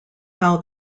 how